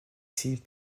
signe